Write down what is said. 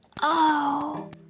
Oh